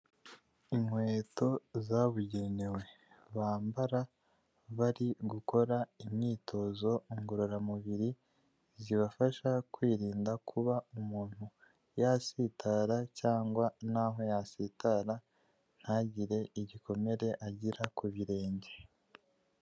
Inkweto zabugenewe bambara bari gukora imyitozo ngororamubiri zibafasha kwirinda kuba umuntu yasitara cyangwa naho yasitara, ntagire igikomere agira ku birenge.